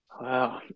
Wow